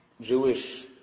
Jewish